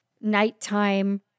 nighttime